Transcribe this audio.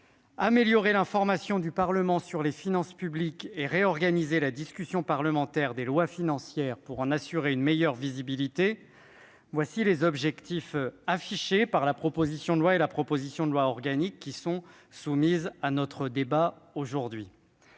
améliorer l'information du Parlement sur les finances publiques et réorganiser la discussion parlementaire des lois financières pour en assurer une meilleure visibilité, tels sont les objectifs affichés par la proposition de loi organique et la proposition de loi mises en débat, aujourd'hui,